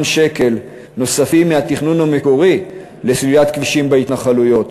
שקל נוספים מהתכנון המקורי לסלילת כבישים בהתנחלויות,